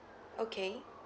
okay